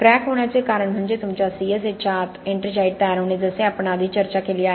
crack होण्याचे कारण म्हणजे तुमच्या C S H च्या आत एट्रिंजाईट तयार होणे जसे आपण आधी चर्चा केली आहे